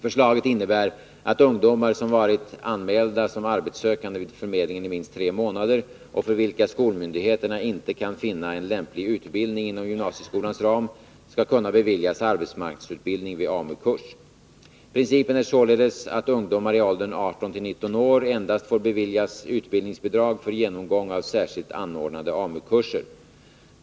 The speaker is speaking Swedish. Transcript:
Förslaget innebär att ungdomar som varit anmälda som arbetssökande vid förmedlingen i minst tre månader och för vilka skolmyndigheterna inte kan finna en lämplig utbildning inom gymnasieskolans ram skall kunna beviljas arbetsmarknadsutbildning vid AMU-kurs. Principen är således att ungdomar i åldern 18-19 år endast får beviljas utbildningsbidrag för genomgång av särskilt anordnade AMU-kurser.